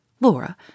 Laura